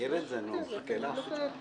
להגיד